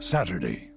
Saturday